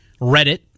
Reddit